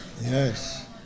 Yes